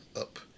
up